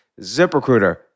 ZipRecruiter